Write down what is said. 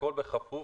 הכול בכפוף